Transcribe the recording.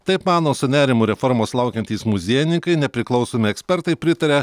taip mano su nerimu reformos laukiantys muziejininkai nepriklausomi ekspertai pritaria